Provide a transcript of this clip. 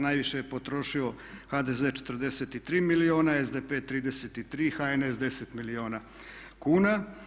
Najviše je potrošio HDZ 43 milijuna, SDP 33, HNS 10 milijuna kuna.